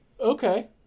okay